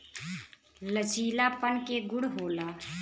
लचीलापन के गुण होला